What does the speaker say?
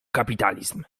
kapitalizm